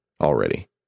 already